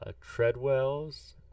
Treadwell's